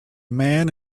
man